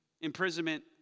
Imprisonment